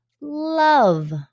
love